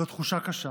זו תחושה קשה.